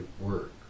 work